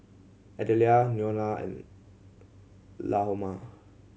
Adelia Neola and Lahoma